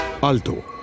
Alto